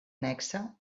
nexe